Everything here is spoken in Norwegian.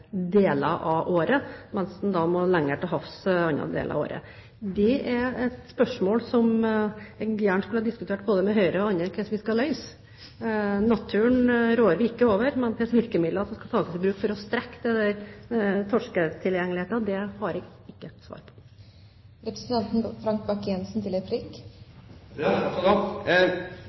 deler av året, mens en må lenger til havs andre deler av året. Det er et spørsmål som jeg gjerne skulle ha diskutert med både Høyre og andre hvordan vi skal løse. Naturen rår vi ikke over, og hva slags virkemidler som skal tas i bruk for å strekke torsketilgjengeligheten, har jeg ikke svar